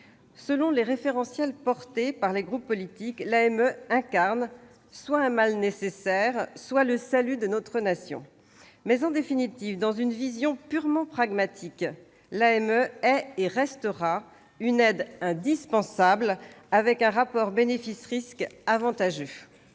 Selon les référentiels des groupes politiques, l'AME incarne soit un mal nécessaire, soit le salut de notre nation. Cependant, en définitive, dans une vision purement pragmatique, l'AME est et restera une aide indispensable, avec un rapport bénéfices-risques avantageux.